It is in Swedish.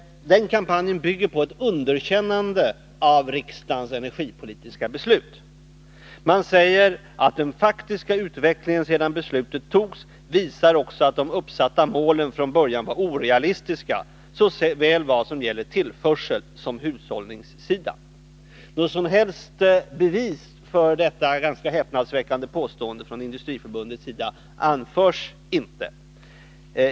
Denna kampanj bygger på ett underkännande av riksdagens energipolitiska beslut. Industriförbundet säger att den faktiska utvecklingen sedan beslutet togs också visar att de uppsatta målen från början var orealistiska, vad gäller såväl tillförseln som hushållningssidan. Några som helst bevis för detta ganska häpnadsväckande påstående från Industriförbundets sida anförs inte.